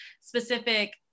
specific